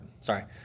sorry